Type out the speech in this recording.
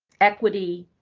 equity,